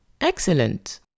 Excellent